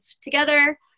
together